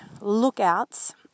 lookouts